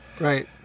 Right